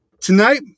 Tonight